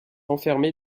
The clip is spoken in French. enfermée